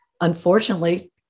unfortunately